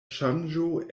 ŝanĝo